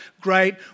great